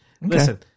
Listen